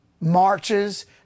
marches